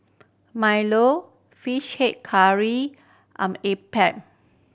milo Fish Head Curry appam